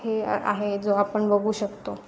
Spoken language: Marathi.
हे आहे जो आपण बघू शकतो